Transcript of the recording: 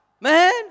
man